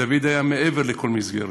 דוד היה מעבר לכל מסגרת,